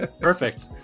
Perfect